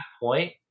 point